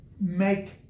make